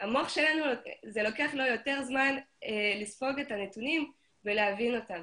המוח שלנו לוקח לו יותר זמן לספוג את הנתונים ולהבין אותם